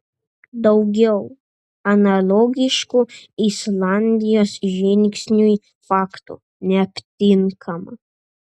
daugiau analogiškų islandijos žingsniui faktų neaptinkama